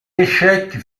échec